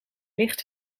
licht